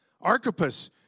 Archippus